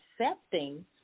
accepting